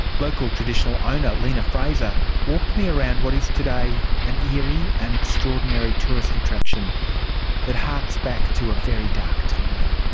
local traditional owner lina fraser walked me around what is today an eerie and extraordinary tourist attraction that harks back to a very dark time.